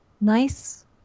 nice